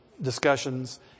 discussions